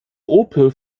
opel